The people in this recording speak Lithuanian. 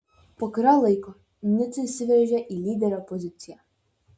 po kurio laiko nico įsiveržė į lyderio poziciją